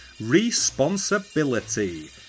RESPONSIBILITY